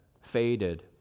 faded